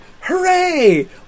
Hooray